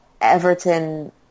Everton